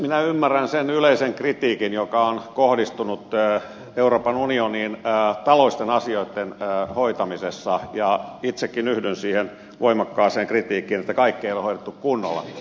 minä ymmärrän sen yleisen kritiikin joka on kohdistunut euroopan unionin taloudellisten asioitten hoitamiseen ja itsekin yhdyn siihen voimakkaaseen kritiikkiin että kaikkea ei ole hoidettu kunnolla